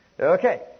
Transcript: Okay